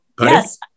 Yes